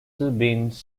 dean’s